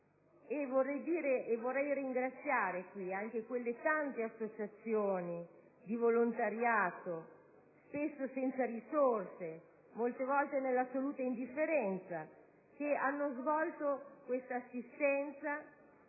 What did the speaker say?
Vorrei ringraziare anche le tante associazioni di volontariato, spesso prive di risorse e operanti nell'assoluta indifferenza, che hanno svolto un'assistenza